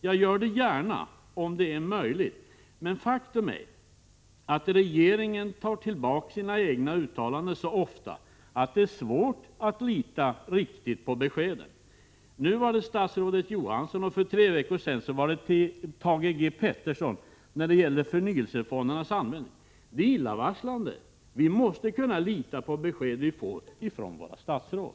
Jag gör det gärna om det är möjligt, men faktum är att regeringen tar tillbaka sina egna uttalanden så ofta att det är svårt att riktigt lita på beskeden. Nu var det statsrådet Bengt K. Å. Johansson, och för tre veckor sedan var det statsrådet Thage Peterson när det gäller förnyelsefondernas användning. Det är illavarslande. Vi måste kunna lita på besked som vi får från våra statsråd.